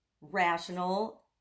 rational